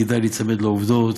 כדאי להיצמד לעובדות,